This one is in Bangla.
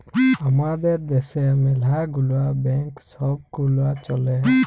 আমাদের দ্যাশে ম্যালা গুলা ব্যাংক ছব গুলা চ্যলে